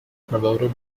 promoted